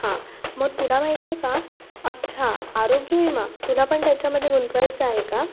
हां मग तुला माहिती आहे का अच्छा आरोग्यविमा तुला पण त्याच्यामध्ये गुंतवायचं आहे का